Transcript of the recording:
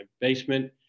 basement